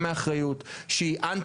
על הענייניות ועל הפרגמטיות שהייתה כאן.